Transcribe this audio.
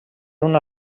una